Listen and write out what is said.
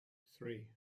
three